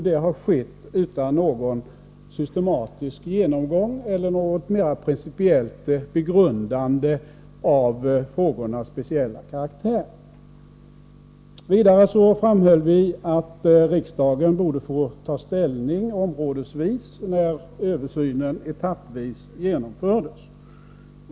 Det har skett utan någon systematisk genomgång eller något mera principiellt begrundande av frågornas speciella karaktär. Vidare framhöll vi att riksdagen borde få ta ställning områdesvis, när översynen etappvis genomfördes.